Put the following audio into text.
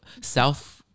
South